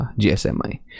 GSMI